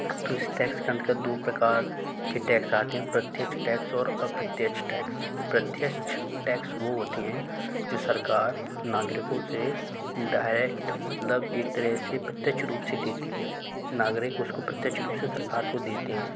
तो इस टैक्स के अन्तर्गत दो प्रकार के टैक्स आते हैं प्रत्यक्ष टैक्स और अप्रत्यक्ष टैक्स प्रत्यक्ष टैक्स वो होते हैं जो सरकार नागरिकों से डायरेक्ट मतलब एक तरह से प्रत्यक्ष रूप से लेती है नागरिक उसको प्रत्यक्ष रूप से सरकार को देते हैं